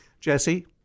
Jesse